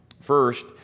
First